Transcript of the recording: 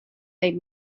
made